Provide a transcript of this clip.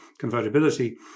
convertibility